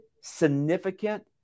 significant